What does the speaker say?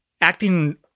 acting